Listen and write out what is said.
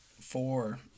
four